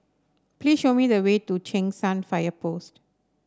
please show me the way to Cheng San Fire Post